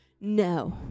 no